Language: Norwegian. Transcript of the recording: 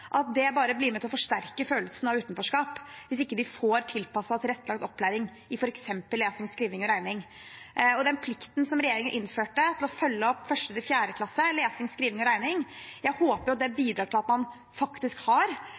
at det bare er med på å forsterke følelsen av utenforskap hvis de ikke får tilpasset og tilrettelagt opplæring, f.eks. i lesing, skriving og regning. Den plikten som regjeringen innførte for å følge opp 1.–4. klasse i lesing, skriving og regning, håper jeg bidrar til at man faktisk får intensiv opplæring i det øyeblikk man